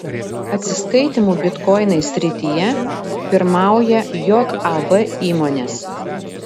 atsiskaitymų bitkoinais srityje pirmauja jav įmonės